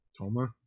Toma